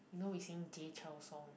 you know we sing jay chou song